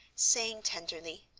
saying tenderly,